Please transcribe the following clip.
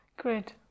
Great